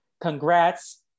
congrats